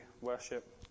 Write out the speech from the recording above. worship